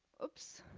oops.